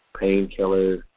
painkillers